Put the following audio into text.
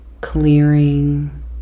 clearing